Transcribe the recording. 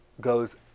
goes